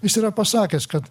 jis yra pasakęs kad